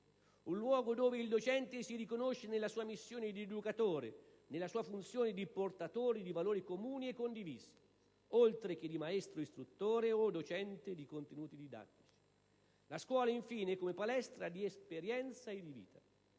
un luogo in cui il docente si riconosce nella sua missione di educatore, nella sua funzione di portatore di valori comuni e condivisi, oltre che di maestro istruttore o docente di contenuti didattici. La scuola, infine, come palestra di esperienza e di vita.